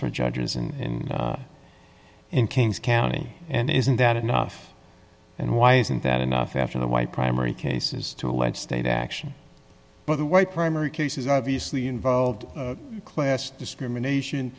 for judges in in kings county and isn't that enough and why isn't that enough after the white primary cases to a one state action but the white primary cases obviously involved class discrimination